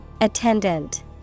Attendant